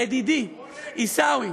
ידידי עיסאווי,